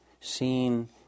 seen